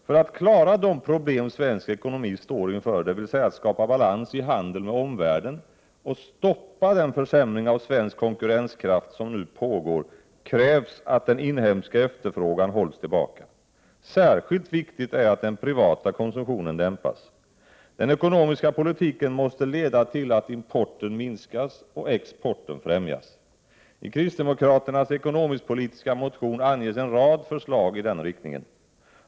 För att klara de problem svensk ekonomi står inför, dvs. att skapa balans i handeln med omvärlden och stoppa den försämring av svensk konkurrenskraft som pågår, krävs att den inhemska efterfrågan hålls tillbaka. Särskilt viktigt är att den privata konsumtionen dämpas. Den ekonomiska politiken måste leda till att importen minskas och exporten främjas. I kristdemokraternas ekonomisk-politiska motion anges en rad förslag i den riktningen.